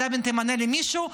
אתה תמנה לי מישהו,